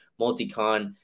Multicon